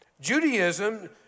Judaism